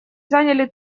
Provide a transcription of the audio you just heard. заняли